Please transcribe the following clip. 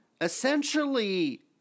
Essentially